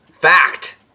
Fact